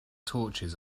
torches